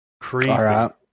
creepy